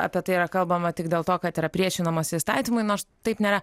apie tai yra kalbama tik dėl to kad yra priešinamasi įstatymui nors taip nėra